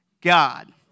God